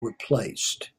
replaced